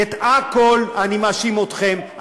בכול אני מאשים אתכם.